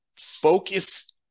Focus